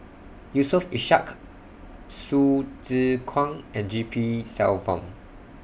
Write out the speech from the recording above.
Yusof Ishak Hsu Tse Kwang and G P Selvam